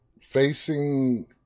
facing